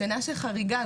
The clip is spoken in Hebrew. השנה החריגה,